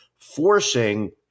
forcing